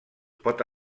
pot